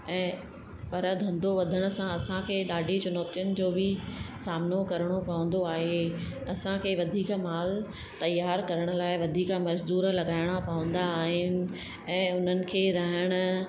ऐं पर धंधो वधण सां असांखे ॾाढी चुनौतियुनि जो बि सामिनो करिणो पौंदो आहे असांखे वधीक माल तयार करण लाइ वधीक मजदूर लॻाइणा पवंदा आहिनि ऐं उन्हनि खे रहणु